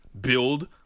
build